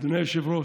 אדוני היושב-ראש,